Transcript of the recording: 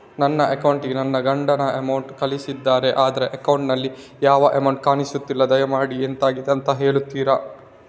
ನನ್ನ ಅಕೌಂಟ್ ಗೆ ನನ್ನ ಗಂಡ ಅಮೌಂಟ್ ಕಳ್ಸಿದ್ದಾರೆ ಆದ್ರೆ ಅಕೌಂಟ್ ನಲ್ಲಿ ಯಾವ ಅಮೌಂಟ್ ಕಾಣಿಸ್ತಿಲ್ಲ ದಯಮಾಡಿ ಎಂತಾಗಿದೆ ಅಂತ ಹೇಳ್ತೀರಾ?